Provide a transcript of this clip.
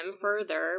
further